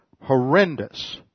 horrendous